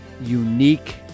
unique